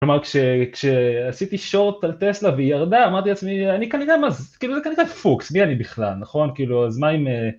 כלומר, כשעשיתי שורט על טסלה והיא ירדה, אמרתי לעצמי, אני כנראה מה זה, כאילו זה כנראה פוקס, מי אני בכלל, נכון, אז מה אם...